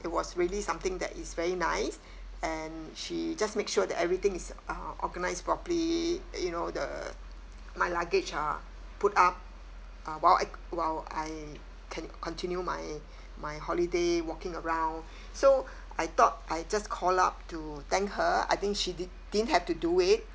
it was really something that is very nice and she just make sure that everything is uh organised properly you know the my luggage are put up uh while I while I can continue my my holiday walking around so I thought I just call up to thank her I think she di~ didn't have to do it